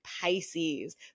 Pisces